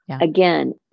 again